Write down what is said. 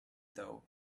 though